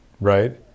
right